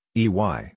ey